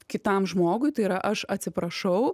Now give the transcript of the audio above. kitam žmogui tai yra aš atsiprašau